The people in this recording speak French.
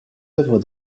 œuvres